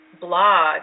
blog